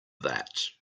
that